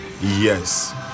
Yes